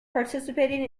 participating